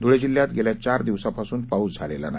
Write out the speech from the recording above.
धुळे जिल्ह्यात गेल्या चार दिवसांपासून पाऊस झालेला नाही